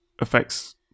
affects